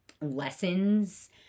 lessons